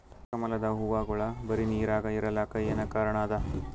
ಕಮಲದ ಹೂವಾಗೋಳ ಬರೀ ನೀರಾಗ ಇರಲಾಕ ಏನ ಕಾರಣ ಅದಾ?